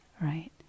right